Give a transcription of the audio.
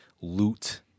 loot